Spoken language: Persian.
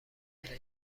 منظره